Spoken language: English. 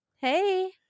Hey